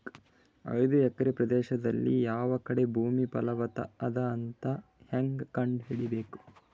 ಐದು ಎಕರೆ ಪ್ರದೇಶದಲ್ಲಿ ಯಾವ ಕಡೆ ಭೂಮಿ ಫಲವತ ಅದ ಅಂತ ಹೇಂಗ ಕಂಡ ಹಿಡಿಯಬೇಕು?